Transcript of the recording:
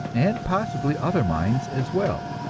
and possibly other minds as well.